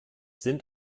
sind